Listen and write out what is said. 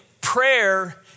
Prayer